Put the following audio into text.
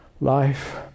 Life